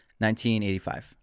1985